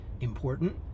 important